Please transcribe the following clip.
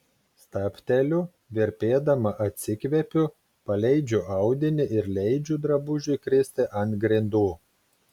stabteliu virpėdama atsikvepiu paleidžiu audinį ir leidžiu drabužiui kristi ant grindų